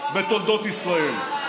בתולדות ישראל.